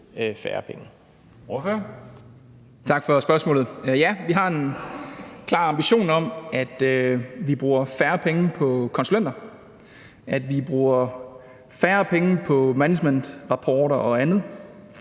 Tak for spørgsmålet. Ja, vi har en klar ambition om, at vi skal bruge færre penge på konsulenter, og at vi skal bruge færre penge på managementrapporter og andet.